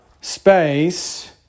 space